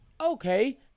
Okay